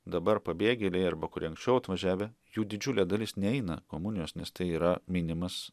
dabar pabėgėliai arba kurie anksčiau atvažiavę jų didžiulė dalis neina komunijos nes tai yra minimas